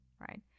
right